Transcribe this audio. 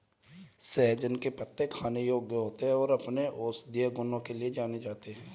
सहजन के पत्ते खाने योग्य होते हैं और अपने औषधीय गुणों के लिए जाने जाते हैं